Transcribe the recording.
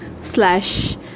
slash